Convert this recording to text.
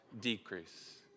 decrease